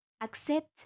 accept